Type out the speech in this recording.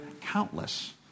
countless